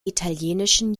italienischen